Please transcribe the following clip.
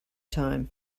time